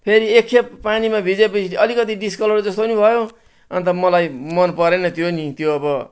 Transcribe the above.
फेरि एक खेप पानीमा भिजेपछि अलिकति डिस्कलर जस्तो पनि भयो अन्त मलाई मन परेन त्यो नि त्यो अब